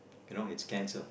you know it's cancer